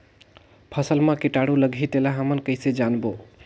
फसल मा कीटाणु लगही तेला हमन कइसे जानबो?